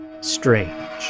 Strange